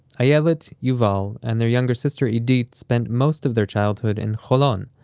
yeah ayelet, yuval, and their younger sister idit spent most of their childhood in holon,